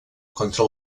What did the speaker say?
contra